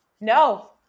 No